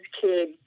kid